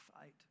fight